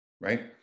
right